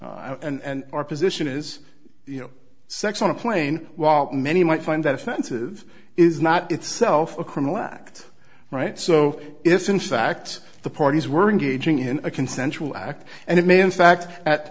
and our position is you know sex on a plane while many might find that offensive is not itself a criminal act right so if in fact the parties were gaging in a consensual act and it may in fact at